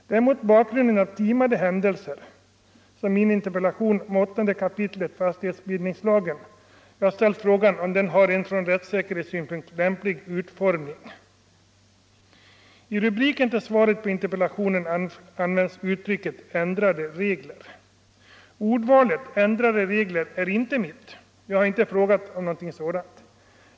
Det är mot bakgrund av timade händelser som jag i min interpellation ställt frågan om 8 kap. fastighetsbildningslagen har en från rättssäkerhetssynpunkt lämplig utformning. I rubriken till svaret på interpellationen används uttrycket ”ändrade regler”. Ordvalet ”ändrade regler” är inte mitt. Jag har inte frågat om någonting sådant.